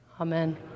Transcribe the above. Amen